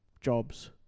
jobs